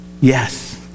Yes